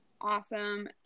awesome